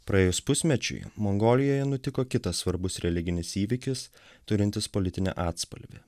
praėjus pusmečiui mongolijoje nutiko kitas svarbus religinis įvykis turintis politinį atspalvį